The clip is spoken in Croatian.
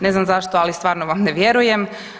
Ne znam zašto ali stvarno vam ne vjerujem.